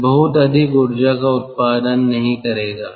यह बहुत अधिक ऊर्जा का उत्पादन नहीं करेगा